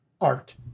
art